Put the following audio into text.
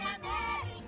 America